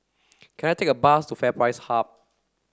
can I take a bus to FairPrice Hub